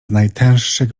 najtęższych